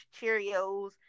Cheerios